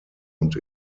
und